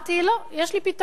אמרתי: לא, יש לי פתרון.